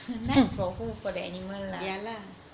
nice for who for the animal lah